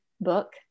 book